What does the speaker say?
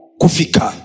kufika